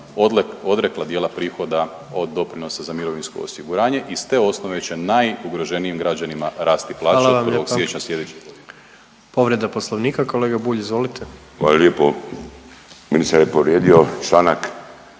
odrekla dijela prihoda od doprinosa za mirovinsko osiguranje i s te osnove će najugroženijim građanima rasti plaće od 1. siječnja sljedeće godine.